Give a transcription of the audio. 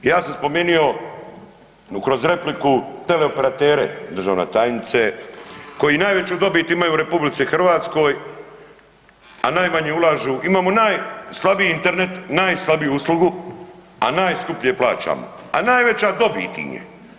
Ja sam spomenuo kroz repliku teleoperatere državna tajnice koji najveću dobit imaju u RH, a najmanje ulažu, imamo najslabiji Internet, najslabiju uslugu, a najskuplje plaćamo, a najveća dobit im je.